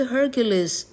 Hercules